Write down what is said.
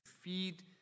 feed